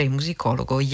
musicologo